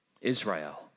Israel